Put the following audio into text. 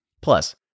Plus